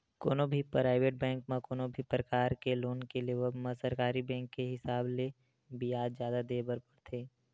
कोनो भी private bank म कोनो भी परकार के लोन के लेवब म सरकारी बेंक के हिसाब ले बियाज जादा देय बर परथे